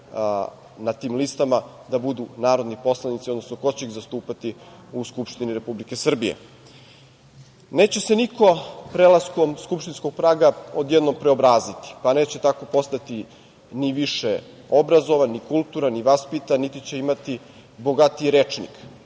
na tim listama da budu narodni poslanici, odnosno ko će ih zastupati u Skupštini Republike Srbije. Neće se niko prelaskom Skupštinskog praga odjednom preobraziti, pa neće tako postati ni više obrazovan, ni kulturan, ni vaspitan, niti će imati bogatiji rečnik.